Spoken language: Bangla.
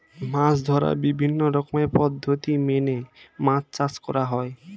মাছ ধরার বিভিন্ন রকমের পদ্ধতি মেনে মাছ চাষ করা হয়